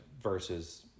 versus